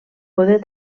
poder